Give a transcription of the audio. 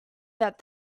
that